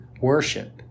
worship